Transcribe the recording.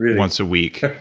once a week.